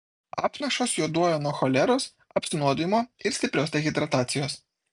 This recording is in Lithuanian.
apnašos juoduoja nuo choleros apsinuodijimo ir stiprios dehidratacijos